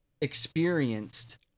experienced